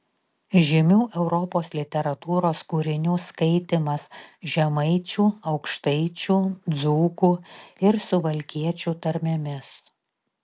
žymių europos literatūros kūrinių skaitymas žemaičių aukštaičių dzūkų ir suvalkiečių tarmėmis